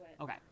Okay